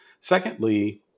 Secondly